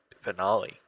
finale